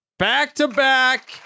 Back-to-back